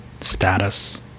status